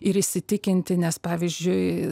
ir įsitikinti nes pavyzdžiui